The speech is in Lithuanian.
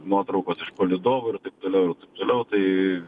nuotraukos iš palydovų ir taip toliau ir taip toliau tai